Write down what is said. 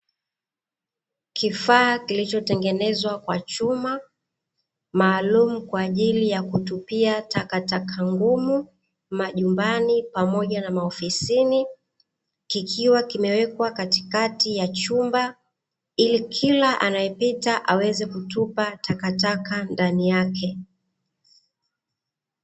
Kifaa kilichotengenezwa kwa chuma maalumu kwa ajili ya kutupia takataka ngumu majumbani pamoja na maofisini, kikiwa kimewekwa katikati ya chumba ili kila anayepita aweze kutupa takataka ndani yake.